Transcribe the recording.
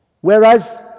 Whereas